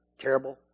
terrible